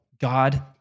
God